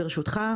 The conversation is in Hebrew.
ברשותך,